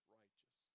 righteous